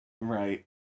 right